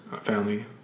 family